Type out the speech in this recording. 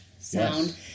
sound